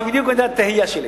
זו בדיוק היתה התהייה שלי.